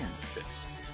Fist